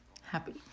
Happy